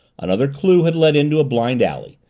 another clue had led into a blind alley,